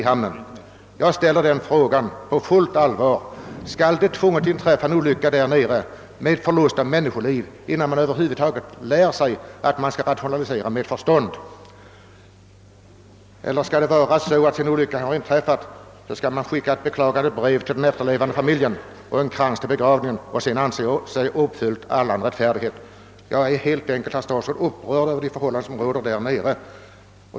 På fullt allvar ställer jag frågan: Måste det inträffa en olycka där nere med förlust av människoliv innan man över huvud taget lär sig att rationalisera med förstånd? Eller kommer man sedan en olycka inträffat att skicka ett beklagande brev till den efterlevande familjen och en krans till begravningen? Anser man sig därmed ha uppfyllt all rättfärdighet? Jag är helt enkelt upprörd över de förhållanden som råder där nere.